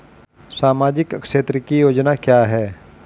सामाजिक क्षेत्र की योजना क्या है?